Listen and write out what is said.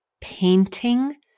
painting